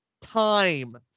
Time